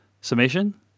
summation